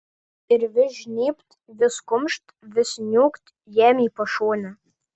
ir vis žnybt vis kumšt vis niūkt jam į pašonę